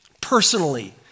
personally